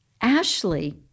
Ashley